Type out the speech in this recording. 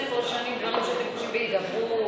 נחמד, גברתי השרה.